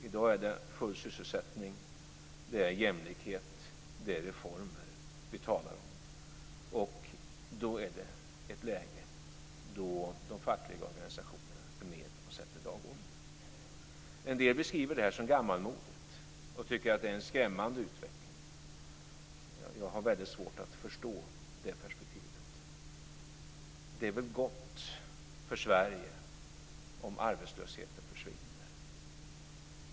I dag är det full sysselsättning, det är jämlikhet, det är reformer som vi talar om. Då är det ett läge då de fackliga organisationerna är med och sätter dagordningen. En del beskriver det här som gammalmodigt och tycker att det är en skrämmande utveckling. Jag har väldigt svårt att förstå det perspektivet. Det är väl gott för Sverige om arbetslösheten försvinner.